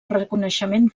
reconeixement